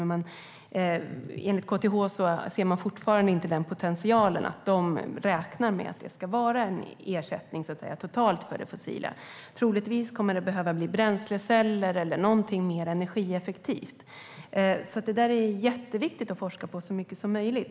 Men enligt KTH finns inte den potentialen, och de räknar inte med att det här ska kunna vara en total ersättning för det fossila. Troligtvis kommer det att behövas bränsleceller eller någonting annat som är mer energieffektivt. Det där är jätteviktigt att forska på så mycket som möjligt.